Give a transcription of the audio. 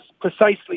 precisely